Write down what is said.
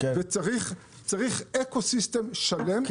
צריך אקו-סיסטם שלם,